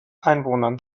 einwohnern